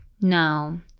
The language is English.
No